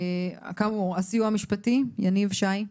הסיוע המשפטי, יניב שני.